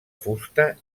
fusta